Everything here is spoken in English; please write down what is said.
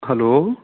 hello